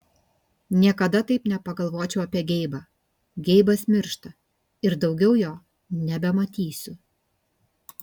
niekada taip nepagalvočiau apie geibą geibas miršta ir daugiau jo nebematysiu